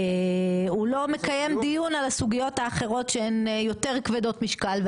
הוא לא מקיים דיון על הסוגיות האחרות שהן יותר כבדות משקל,